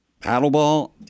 paddleball